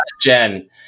Jen